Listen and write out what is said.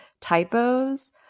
typos